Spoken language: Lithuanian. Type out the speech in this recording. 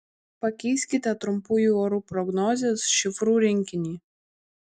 pakeiskite trumpųjų orų prognozės šifrų rinkinį